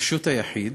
רשות היחיד,